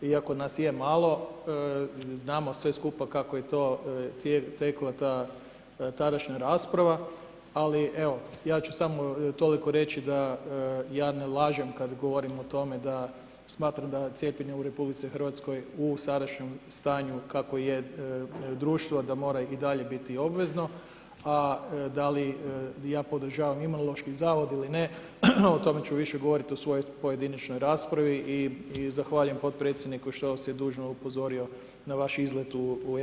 Iako nas je malo znamo sve skupa kako je to tekla tadašnja rasprava, ali evo, ja ću samo toliko reći da ja ne lažem kad govorim o tome da smatram da cijepljenje u RH u sadašnjem stanju kakvo je društvo, da mora i dalje biti obvezno, a da li ja podržavam Imunološki zavod ili ne, o tome ću više govoriti o svojoj pojedinačnoj raspravi i zahvaljujem potpredsjedniku što vas je dužno upozorio na vaš izlet u epitete prema meni.